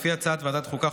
ולפי הצעת ועדת החוקה,